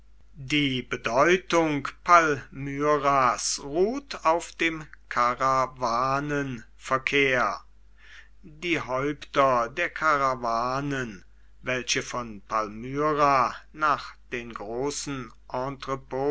die bedeutung palmyras ruht auf dem karawanenverkehr die häupter der karawanen welche von palmyra nach den großen